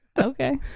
Okay